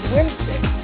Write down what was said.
Wednesday